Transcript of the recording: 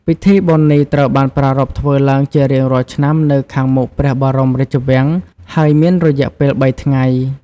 ពិធីបុណ្យនេះត្រូវបានប្រារព្ធធ្វើឡើងជារៀងរាល់ឆ្នាំនៅខាងមុខព្រះបរមរាជវាំង ហើយមានរយៈពេលបីថ្ងៃ។